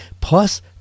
plus